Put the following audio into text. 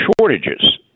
shortages